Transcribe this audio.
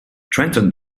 trenton